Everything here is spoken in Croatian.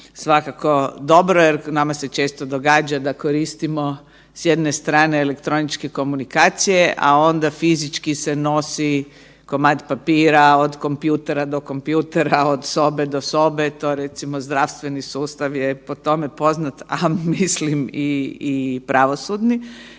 svakako dobro jer nama se često događa da koristimo s jedne strane elektroničke komunikacije, a onda fizički se nosi komad papira od kompjutera do kompjutera od sobe do sobe, to recimo zdravstveni sustav je po tome poznat, a mislim i pravosudni,